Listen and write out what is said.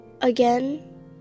again